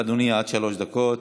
בבקשה, אדוני, עד שלוש דקות.